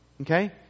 okay